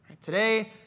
Today